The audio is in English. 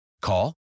Call